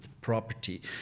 property